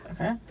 Okay